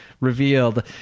revealed